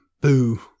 boo